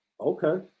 Okay